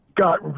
got